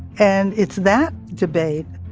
and it's that debate,